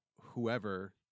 whoever